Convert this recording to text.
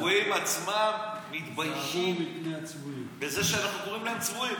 הצבועים עצמם מתביישים בזה שאנחנו קוראים להם צבועים.